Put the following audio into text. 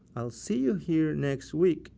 i'll see you here next week!